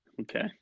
Okay